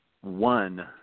one